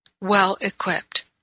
well-equipped